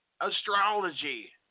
astrology